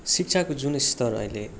शिक्षाको जुन स्तर अहिले